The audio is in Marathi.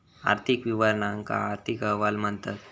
आर्थिक विवरणांका आर्थिक अहवाल म्हणतत